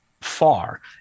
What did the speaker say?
far